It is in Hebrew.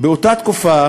באותה תקופה